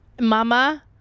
Mama